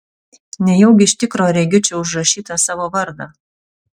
nejaugi iš tikro regiu čia užrašytą savo vardą